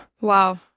Wow